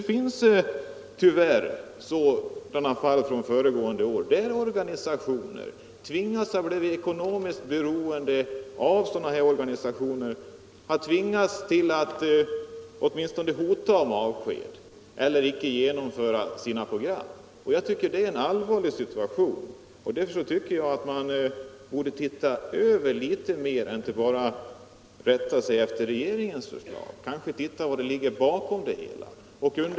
Tyvärr har det föregående år hänt att organisationer blivit ekonomiskt beroende och tvingats att åtminstone hota om avsked eller tvingats att icke genomföra sina program. Jag tycker det är en allvarlig situation. Därför tycker jag att man borde inte bara rätta sig efter regeringens förslag utan undersöka vad som ligger bakom det hela.